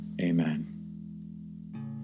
Amen